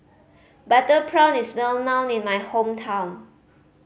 butter prawn is well known in my hometown